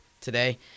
today